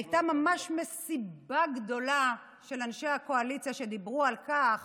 הייתה ממש מסיבה גדולה של אנשי הקואליציה שדיברו על כך